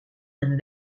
een